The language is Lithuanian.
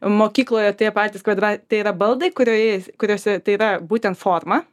mokykloje tie patys kvadra tai yra baldai kurioje kuriose tai yra būtent forma